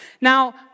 Now